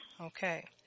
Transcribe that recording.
Okay